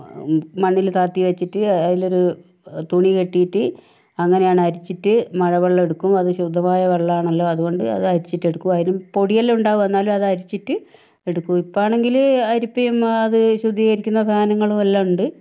മണ്ണിൽ താഴ്ത്തി വെച്ചിട്ട് അതിലൊരു തുണി കെട്ടിയിട്ട് അങ്ങനെയാണ് അരിച്ചിട്ട് മഴവെള്ളം എടുക്കും അത് ശുദ്ധമായ വെള്ളമാണല്ലോ അത്കൊണ്ട് അത് അരിച്ചിട്ട് എടുക്കും അതിലും പൊടിയെല്ലാം ഉണ്ടാവും എന്നാലും അത് അരിച്ചിട്ട് എടുക്കും ഇപ്പൊൾ ആണെങ്കിൽ അരിപ്പയും അത് ശുദ്ധികരിക്കുന്ന സാധനങ്ങളും എല്ലാം ഉണ്ട്